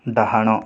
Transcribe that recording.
ଡାହାଣ